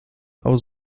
aber